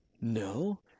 No